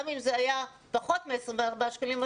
גם אם זה היה פחות מ-24 שקלים,